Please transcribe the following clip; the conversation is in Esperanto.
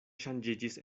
ŝanĝiĝis